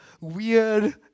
weird